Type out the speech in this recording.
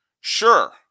Sure